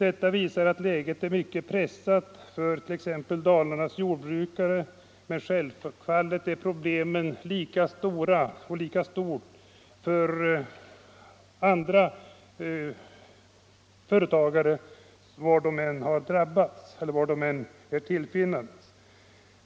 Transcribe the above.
Detta visar att läget är mycket pressat för Dalarnas jordbrukare, men självfallet är problemen lika stora för andra företagare i branschen, var de än är tillfinnandes.